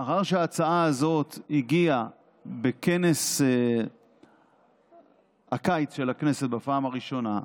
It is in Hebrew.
שמאחר שההצעה הזאת הגיעה בכנס הקיץ של הכנסת בפעם הראשונה,